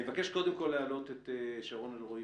אני מבקש, קודם כול, להעלות שרון אלרעי-פרייס,